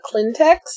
Clintex